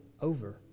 over